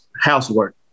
housework